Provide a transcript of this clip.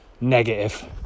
Negative